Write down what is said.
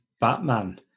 Batman